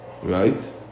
Right